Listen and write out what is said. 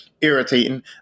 irritating